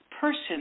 person